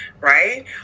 right